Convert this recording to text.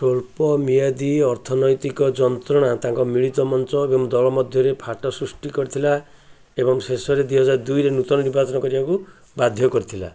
ସ୍ୱଳ୍ପ ମିଆଦି ଅର୍ଥନୈତିକ ଯନ୍ତ୍ରଣା ତାଙ୍କ ମିଳିତ ମଞ୍ଚ ଏବଂ ଦଳ ମଧ୍ୟରେ ଫାଟ ସୃଷ୍ଟି କରିଥିଲା ଏବଂ ଶେଷରେ ଦୁଇହାଜରେ ଦୁଇରେ ନୂତନ ନିର୍ବାଚନ କରିବାକୁ ବାଧ୍ୟ କରିଥିଲା